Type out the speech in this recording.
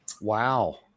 Wow